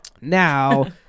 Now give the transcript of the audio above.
now